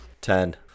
Ten